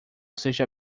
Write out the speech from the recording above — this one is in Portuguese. seja